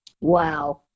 Wow